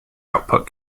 output